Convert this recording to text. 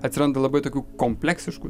atsiranda labai tokių kompleksiškų